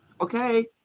Okay